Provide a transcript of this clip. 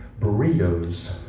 burritos